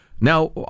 Now